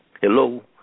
hello